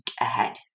ahead